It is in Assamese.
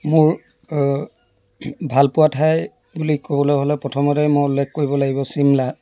মোৰ ভালপোৱা ঠাই বুলি ক'বলৈ হ'লে প্ৰথমতেই মই উল্লেখ কৰিব লাগিব ছিমলা